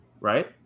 right